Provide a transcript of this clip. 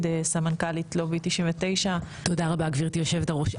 סמנכ"לית לובי 99. תודה רבה יושבת הראש,